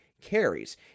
carries